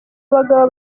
abagabo